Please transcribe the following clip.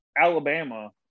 Alabama